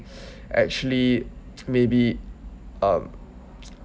actually maybe um